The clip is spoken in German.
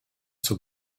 zur